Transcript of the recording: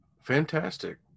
Fantastic